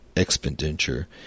expenditure